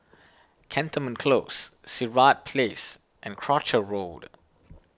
Cantonment Close Sirat Place and Croucher Road